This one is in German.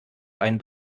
einen